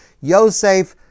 Yosef